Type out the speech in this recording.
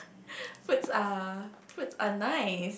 fruits are fruits are nice